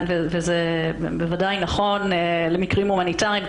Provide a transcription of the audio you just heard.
וזה בוודאי נכון למקרים הומניטריים,